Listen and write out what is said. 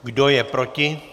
Kdo je proti?